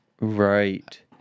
Right